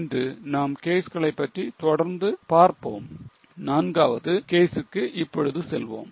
இன்று நாம் கேஸ்களைபற்றி தொடர்ந்து பார்ப்போம் நான்காவது கேசுக்கு இப்பொழுதே செல்வோம்